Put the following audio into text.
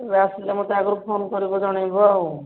କେବେ ଆସିଲେ ମୋତେ ଆଗରୁ ଫୋନ କରିବ ଜଣେଇବ ଆଉ